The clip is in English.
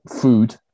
food